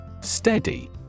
Steady